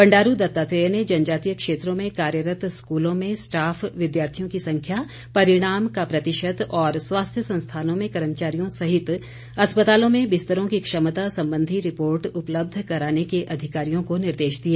बंडारू दत्तात्रेय ने जनजातीय क्षेत्रों में कार्यरत स्कूलों में स्टॉफ विद्यार्थियों की संख्या परिणाम का प्रतिशत और स्वास्थ्य संस्थानों में कर्मचारियों सहित अस्पतालों में बिस्तरों की क्षमता संबंधी रिपोर्ट उपलब्ध कराने के अधिकारियों को निर्देश दिए